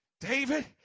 David